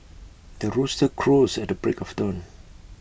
the rooster crows at the break of dawn